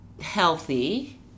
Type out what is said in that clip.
healthy